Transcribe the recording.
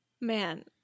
Man